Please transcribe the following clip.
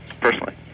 personally